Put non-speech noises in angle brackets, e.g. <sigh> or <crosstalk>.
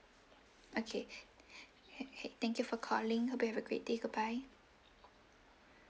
okay <breath> <breath> !hey! !hey! thank you for calling hope you have a great day goodbye